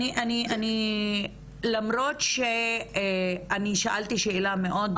אני, למרות שאני שאלתי שאלה מאוד מאוד ברורה.